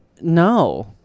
No